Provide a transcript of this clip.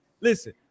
listen